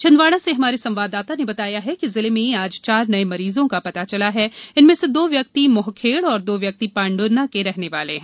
छिंदवाड़ा से हमारे संवाददाता ने बताया है कि जिले में आज चार नये मरीजों का पता चला है इनमें से दो व्यक्ति मोहखेड़ और दो व्यक्ति पांढुर्ना के रहने वाले हैं